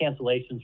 cancellations